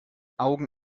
augen